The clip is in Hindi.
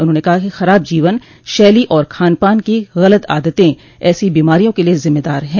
उन्होंने कहा कि खराब जीवन शैली और खान पान की गलत आदतं ऐसी बीमारियों के लिए जिम्मेदार हैं